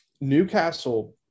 Newcastle